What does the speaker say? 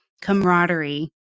camaraderie